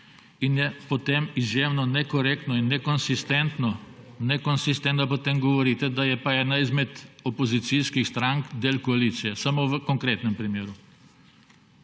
In je potem izjemno nekorektno in nekonsistentno, da potem govorite, da je pa ena izmed opozicijskih strank del koalicije samo v konkretnem primeru.